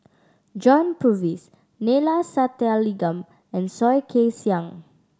John Purvis Neila Sathyalingam and Soh Kay Siang